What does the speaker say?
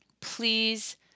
Please